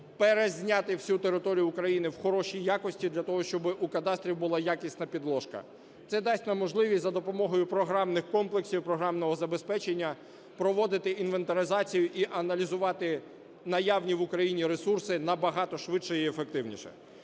перезняти всю територію України в хорошій якості для того, щоб у кадастрі була якісна підложка. Це дасть нам можливість за допомогою програмних комплексів, програмного забезпечення проводити інвентаризацію і аналізувати наявні в Україні ресурси набагато швидше і ефективніше.